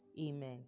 Amen